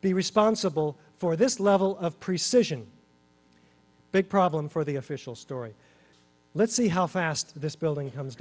be responsible for this level of precision big problem for the official story lets see how fast this building comes